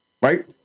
right